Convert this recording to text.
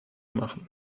machen